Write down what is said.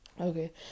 Okay